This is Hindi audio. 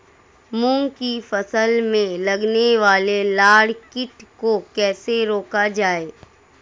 मूंग की फसल में लगने वाले लार कीट को कैसे रोका जाए?